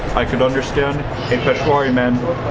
i could understand if a peshawari man,